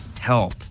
help